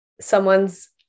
someone's